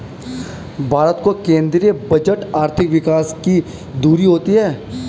भारत का केंद्रीय बजट आर्थिक विकास की धूरी होती है